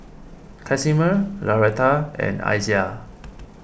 Casimer Lauretta and Isiah